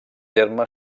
terme